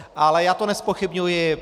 Ale já to nezpochybňuji.